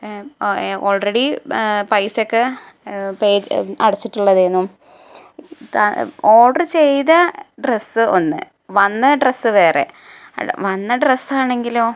ഓ already പൈസയൊക്കെ pay അടച്ചിട്ടുള്ളതേനു order ചെയ്ത ഡ്രസ്സ് ഒന്ന് വന്ന ഡ്രസ്സ് വേറെ ആ വന്ന ഡ്രസ്സ് ആണെങ്കിലോ